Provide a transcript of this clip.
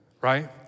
right